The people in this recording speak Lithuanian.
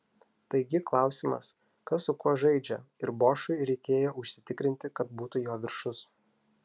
taigi klausimas kas su kuo žaidžia ir bošui reikėjo užsitikrinti kad būtų jo viršus